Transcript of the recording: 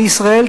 בישראל,